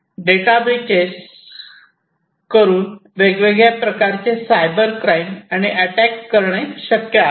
data breaches Breaches उल्लंघन करून वेगवेगळ्या प्रकारचे सायबर क्राईम आणि अटॅक करणे शक्य आहे